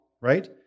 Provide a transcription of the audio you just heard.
right